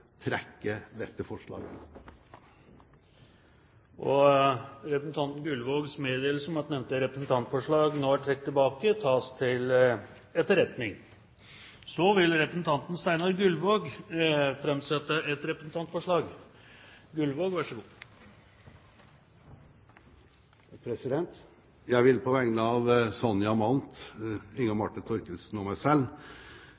trekke dette forslaget. Representanten Gullvågs meddelelse om at nevnte representantforslag nå er trukket tilbake, tas til etterretning. Representanten Steinar Gullvåg vil framsette et representantforslag. Jeg vil på vegne av Sonja Mandt, Inga